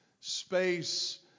Space